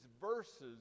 verses